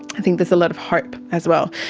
i think there's a lot of hope as well.